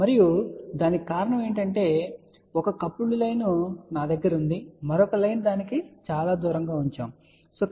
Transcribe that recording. మరియు దానికి కారణం ఏమిటంటే నా దగ్గర ఒక కపుల్డ్ లైన్ ఉంది మరియు మరొక లైను దానికి చాలా దూరంగా ఉంచబడిందని చెప్పండి